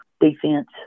defense